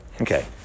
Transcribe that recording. Okay